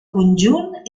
conjunt